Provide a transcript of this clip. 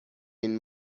این